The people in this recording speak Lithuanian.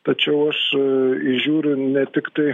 tačiau aš įžiūriu ne tiktai